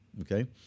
Okay